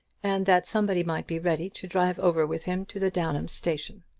and that somebody might be ready to drive over with him to the downham station.